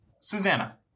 Susanna